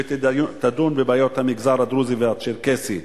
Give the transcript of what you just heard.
ותדון בבעיות המגזר הדרוזי והצ'רקסי,